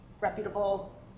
reputable